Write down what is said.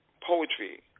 poetry